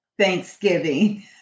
Thanksgiving